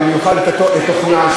במיוחד את תוכנה,